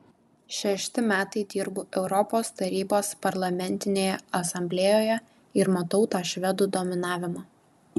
šešti metai dirbu europos tarybos parlamentinėje asamblėjoje ir matau tą švedų dominavimą